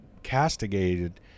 castigated